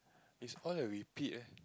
it's all the repeat eh